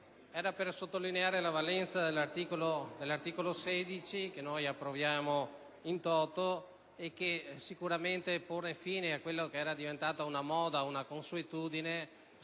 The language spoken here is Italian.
vorrei sottolineare la valenza dell'articolo 16 che noi approviamo *in toto* e che tende a porre fine a quella che è diventata una moda ed una consuetudine: